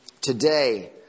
Today